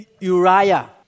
Uriah